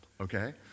okay